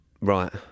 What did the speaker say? Right